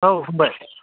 औ फंबाय